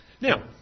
Now